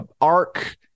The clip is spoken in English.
arc